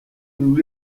nous